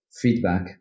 feedback